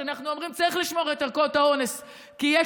אנחנו אומרים שצריך לשמור את ערכות האונס כי יש